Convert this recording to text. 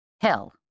Hell